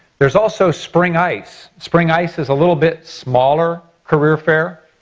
there's also spring ice. spring ice is a little bit smaller career fair.